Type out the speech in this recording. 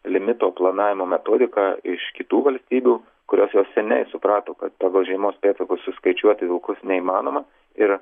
limito planavimo metodiką iš kitų valstybių kurios jau seniai suprato kad pagal žiemos pėdsakus suskaičiuoti vilkus neįmanoma ir